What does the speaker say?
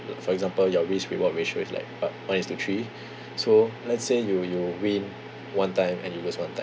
for example your risk reward ratio is like uh one is to three so let's say you you win one time and you lose one time